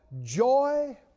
joy